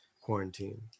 quarantine